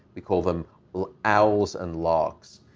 we call them owls and larks.